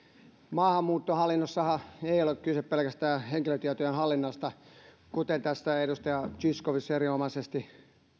maahanmuuttohallinnossahan ei ole kyse pelkästään henkilötietojen hallinnasta kuten edustaja zyskowicz erinomaisesti